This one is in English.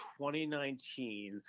2019